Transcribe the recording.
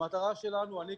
אני,